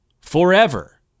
forever